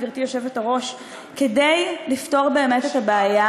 גברתי היושבת-ראש: כדי לפתור באמת את הבעיה